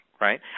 right